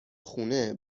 خونه